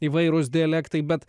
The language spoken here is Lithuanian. įvairūs dialektai bet